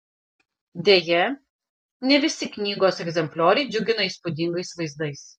deja ne visi knygos egzemplioriai džiugina įspūdingais vaizdais